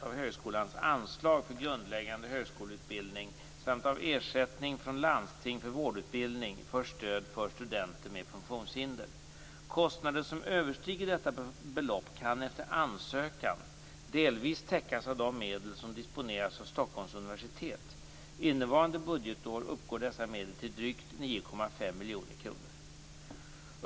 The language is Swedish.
av högskolans anslag för grundläggande högskoleutbildning samt av ersättning från landsting för vårdutbildning till stöd för studenter med funktionshinder. Kostnader som överstiger detta belopp kan efter ansökan delvis täckas av de medel som disponeras av Stockholms universitet. Innevarande budgetår uppgår dessa medel till drygt 9,5 miljoner kronor.